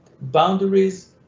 boundaries